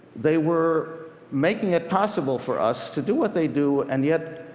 they were making it possible for us to do what they do, and yet,